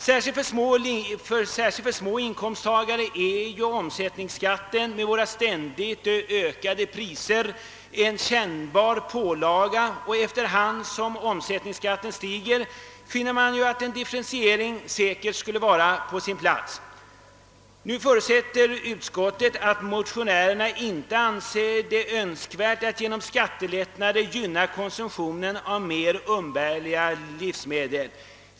Särskilt för små inkomsttagare är ju omsättningsskatten med våra ständigt ökade priser en kännbar pålaga, och efterhand som omsättningsskatten ökar finner man att en differentiering säkert skulle vara på sin plats. Utskottet förutsätter att motionärerna inte anser det önskvärt att genom skattelättnader gynna konsumtionen av mer umbärliga livsmedel.